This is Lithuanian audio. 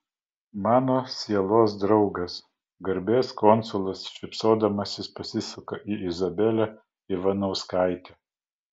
mano sielos draugas garbės konsulas šypsodamasis pasisuka į izabelę ivanauskaitę